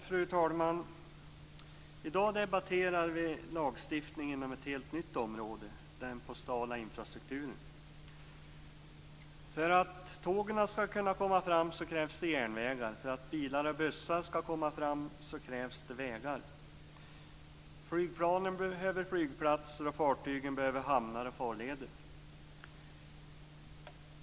Fru talman! I dag debatterar vi lagstiftning inom ett helt nytt område; den postala infrastrukturen. För att tågen skall kunna komma fram krävs det järnvägar. För att bilar och bussar skall komma fram krävs det vägar. Flygplanen behöver flygplatser och fartygen behöver hamnar och farleder.